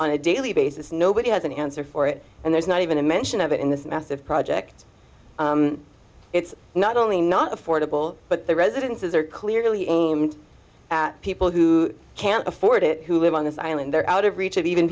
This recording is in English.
on a daily basis nobody has an answer for it and there's not even a mention of it in this massive project it's not only not affordable but the residences are clearly aimed at people who can't afford it who live on this island there out of reach of even